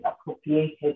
appropriated